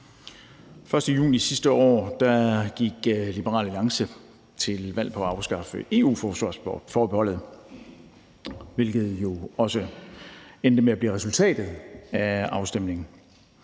1. juni sidste år gik Liberal Alliance til valg på at afskaffe EU-forsvarsforbeholdet, hvilket jo også endte med at blive resultatet af afstemningen.